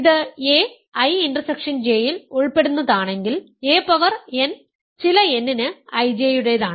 ഇത് a I intersection J യിൽ ഉൾപ്പെടുന്നതാണെങ്കിൽ a പവർ n ചില n ന് IJ യുടേതാണ്